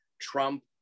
Trump